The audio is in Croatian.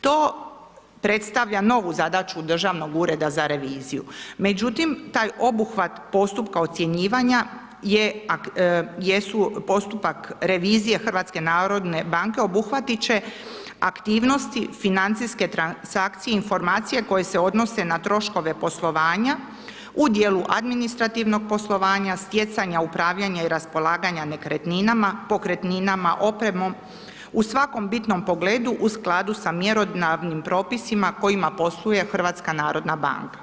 To predstavlja novu zadaću Državnog ureda za reviziju međutim taj obuhvat postupka ocjenjivanja jesu postupak revizije HNB-a obuhvatit će aktivnosti financijske transakcije i informacije koje se odnose na troškove poslovanje u djelu administrativnog poslovanja, stjecanja upravljanja i raspolaganja nekretninama, pokretninama, opremom, u svakom bitnom pogledu, u skladu sa mjerodavnim propisima kojima posluje HNB.